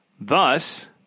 Thus